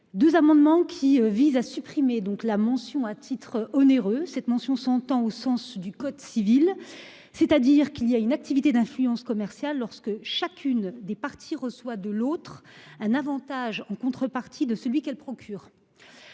2 amendements qui visent à supprimer donc la mention à titre onéreux cette mention s'entend au sens du code civil c'est-à-dire qu'il y a une activité d'influence commerciale lorsque chacune des parties reçoit de l'autre un Avantage en contrepartie de celui qu'elle procure.